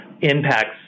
impacts